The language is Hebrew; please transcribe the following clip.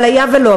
אבל היה ולא,